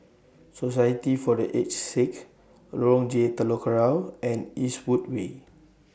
Society For The Aged Sick Lorong J Telok Kurau and Eastwood Way